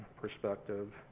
perspective